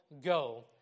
go